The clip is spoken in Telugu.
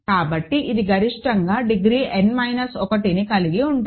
కాబట్టి ఇది గరిష్టంగా డిగ్రీ n మైనస్ 1 ని కలిగి ఉంటుంది